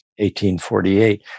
1848